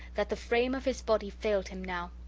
that the frame of his body failed him now.